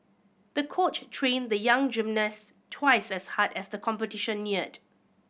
the coach trained the young gymnast twice as hard as the competition neared